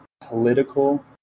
political